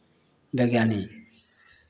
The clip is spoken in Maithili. वैज्ञानिक